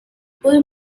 pull